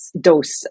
dose